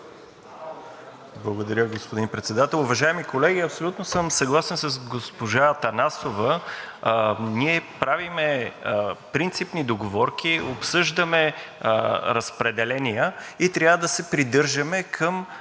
Благодаря, господин Председател. Уважаеми колеги, абсолютно съм съгласен с госпожа Атанасова. Ние правим принципни договорки, обсъждаме разпределения и трябва да се придържаме към